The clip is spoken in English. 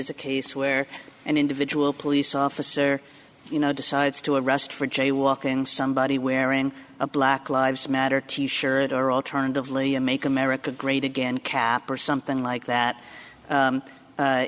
as a case where an individual police officer you know decides to arrest for jaywalking somebody wearing a black lives matter t shirt or alternatively a make america great again cap or something like that